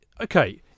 okay